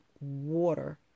water